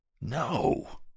No